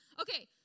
Okay